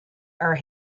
are